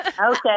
Okay